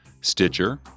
Stitcher